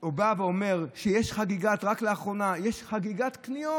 הוא בא ואומר רק לאחרונה: יש חגיגת קניות,